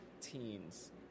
teens